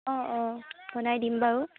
অঁ অঁ বনাই দিম বাৰু